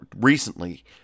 recently